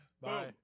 Bye